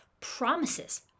promises